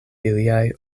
iliaj